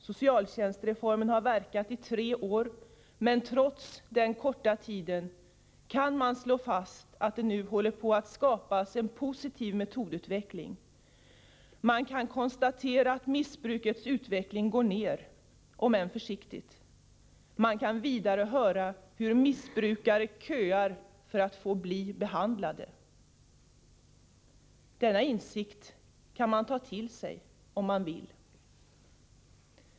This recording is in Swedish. Socialtjänstreformen har varit i kraft i tre år, men trots den korta tiden kan man slå fast att det nu håller på att skapas en positiv metodutveckling, man kan konstatera att missbrukets utveckling går ner — om än försiktigt — och man kan vidare höra att missbrukare köar för att få bli behandlade. Denna insikt kan man ta till sig, om man vill.